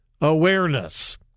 Awareness